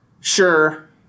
Sure